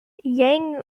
yang